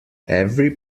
every